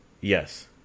Yes